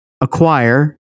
acquire